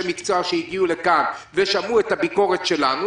מקצוע שהגיעו לכאן ושמעו את הביקורת שלנו,